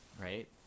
right